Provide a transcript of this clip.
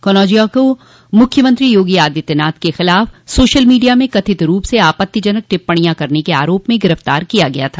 कनौजिया को मुख्यमंत्री योगी आदित्यनाथ के खिलाफ सोशल मीडिया में कथित रूप से आपत्तिजनक टिप्पणियां करने के आरोप में गिरफ्तार किया गया था